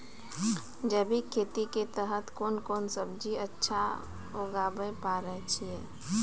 जैविक खेती के तहत कोंन कोंन सब्जी अच्छा उगावय पारे छिय?